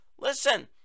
listen